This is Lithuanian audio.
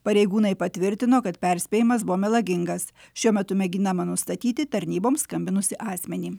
pareigūnai patvirtino kad perspėjimas buvo melagingas šiuo metu mėginama nustatyti tarnyboms skambinusį asmenį